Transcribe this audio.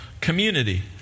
community